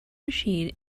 machine